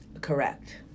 Correct